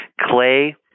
clay